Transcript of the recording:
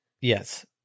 yes